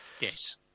Yes